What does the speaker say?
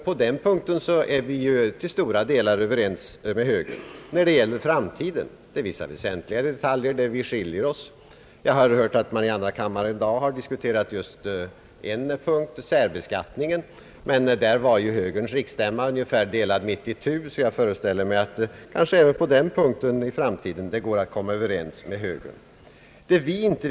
På den punkten är vi till stora delar överens med högern när det gäller framtiden. Vi skiljer oss när det gäller vissa väsentliga detaljer. Jag har hört att särbeskattningen i dag diskuterats i andra kammaren, men beträffande den var ju högerns riksstämma delad ungefär mitt itu. Jag föreställer mig därför att det kanske även på den punkten går att komma överens med högern i framtiden.